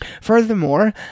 Furthermore